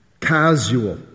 casual